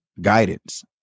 guidance